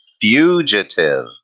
fugitive